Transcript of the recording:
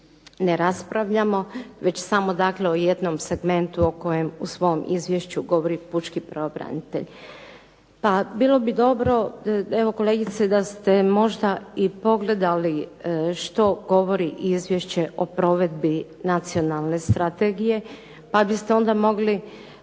ne raspravljamo, već samo dakle o jednom segmentu o kojem u svom izvješću govori pučki pravobranitelj. Pa bilo bi dobro, evo kolegice da ste možda i pogledali što govori izvješće o provedbi nacionalne strategije pa biste onda mogli